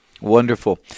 Wonderful